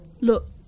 look